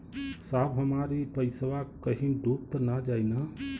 साहब हमार इ पइसवा कहि डूब त ना जाई न?